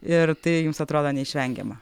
ir tai jums atrodo neišvengiama